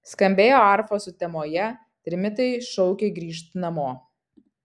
skambėjo arfos sutemoje trimitai šaukė grįžt namo